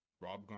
Rob